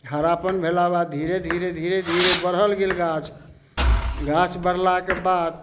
हरापन भेला बाद धीरे धीरे धीरे धीरे बढ़ल गेल गाछ गाछ बढ़लाके बाद